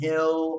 Hill